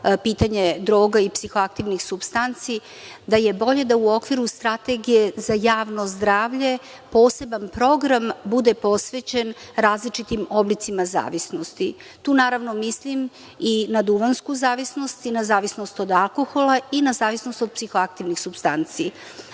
pitanje droga i psihoaktivnih supstanci, da je bolje da u okviru strategije za javno zdravlje poseban program bude posvećen različitim oblicima zavisnosti. Tu naravno mislim i na duvansku zavisnost i na zavisnost od alkohola i na zavisnost od psihoaktivnih supstanci.